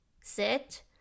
sit